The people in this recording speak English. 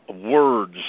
words